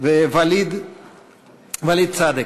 וולִיד צאדק.